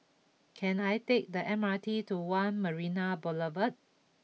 can I take the M R T to One Marina Boulevard